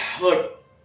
look